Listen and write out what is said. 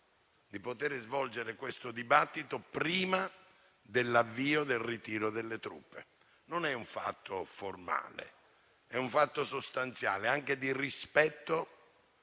di poter svolgere questo dibattito prima dell'avvio del ritiro delle truppe. Non è un fatto formale, ma sostanziale, anche di rispetto